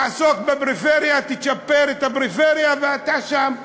תעסוק בפריפריה, תצ'פר את הפריפריה, ואתה שם.